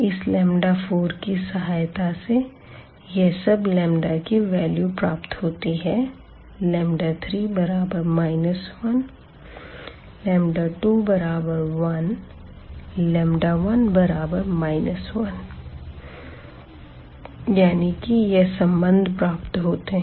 इस 4 की सहायता से यह सब लंबदा की वैल्यू प्राप्त होती है 3 1211 1 यानी कि यह संबंध प्राप्त होते हैं